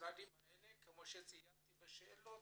מהמשרדים האלה כפי שציינתי בשאלות,